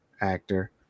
actor